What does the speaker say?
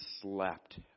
slept